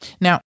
Now